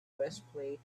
breastplate